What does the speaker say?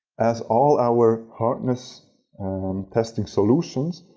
as all our hardness testing solutions,